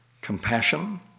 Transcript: compassion